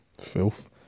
Filth